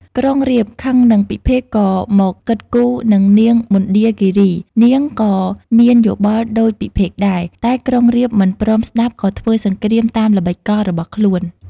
ក្រុងរាពណ៍ខឹងនឹងពិភេកក៏មកគិតគូរនឹងនាងមណ្ឌាគីរី នាងក៏មានយោបល់ដូចពិភេកដែរ តែក្រុងរាពណ៍មិនព្រមស្តាប់ក៏ធ្វើសង្គ្រាមតាមល្បិចកលរបស់ខ្លួន។